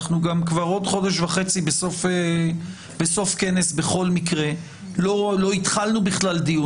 עוד חודש וחצי אנחנו בסוף כנס ולא התחלנו דיון.